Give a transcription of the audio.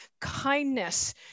kindness